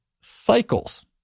cycles